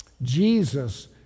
Jesus